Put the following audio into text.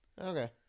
Okay